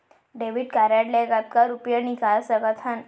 Debit card ले कतका रुपिया निकाल सकथन?